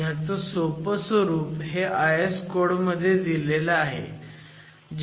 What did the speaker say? ह्याचं सोपं स्वरूप हे IS कोड मध्ये आहे